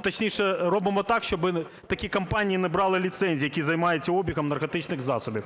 точніше, робимо так, щоб такі компанії не брали ліцензій, які займаються обігом наркотичних засобів.